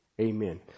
amen